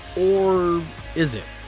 or is it?